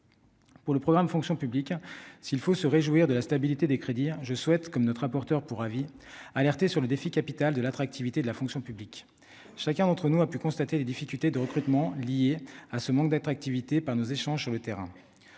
pour le programme Fonction publique : s'il faut se réjouir de la stabilité des crédits, je souhaite comme notre rapporteur pour avis alerter sur le défi, capitale de l'attractivité de la fonction publique, chacun d'entre nous a pu constater les difficultés de recrutement liées à ce manque d'attractivité par nos échanges sur le terrain,